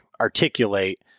articulate